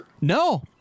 No